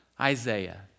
Isaiah